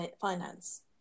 finance